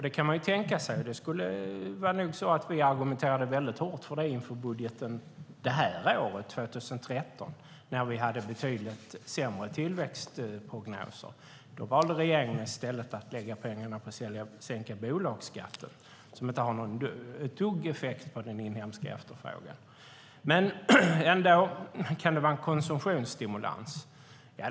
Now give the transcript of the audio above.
Det kan man tänka sig, och det skulle nog vara så att vi argumenterade väldigt hårt för det inför budgeten för det här året, 2013, när vi hade betydligt sämre tillväxtprognoser. Ändå kan det vara en konsumtionsstimulans.